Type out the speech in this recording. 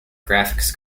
graphics